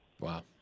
Wow